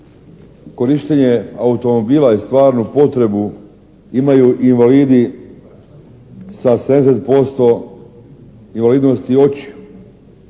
korištenje automobila i stvarnu potrebu imaju invalidi sa …/Govornik